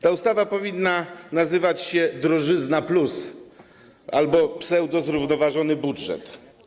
Ta ustawa powinna nazywać się: drożyzna+ albo pseudozrównoważony budżet.